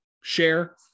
share